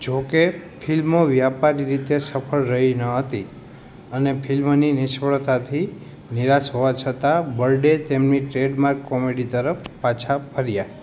જો કે ફિલ્મ વ્યાપારી રીતે સફળ રહી ન હતી અને ફિલ્મની નિષ્ફળતાથી નિરાશ હોવા છતાં બરડે તેમની ટ્રેડમાર્ક કોમેડી તરફ પાછા ફર્યા